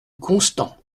constant